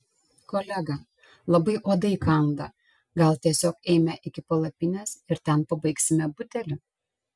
kolega labai uodai kanda gal tiesiog eime iki palapinės ir ten pabaigsime butelį